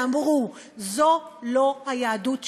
ואמרו: זו לא היהדות שלנו.